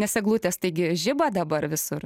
nes eglutės taigi žiba dabar visur